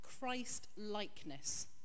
Christ-likeness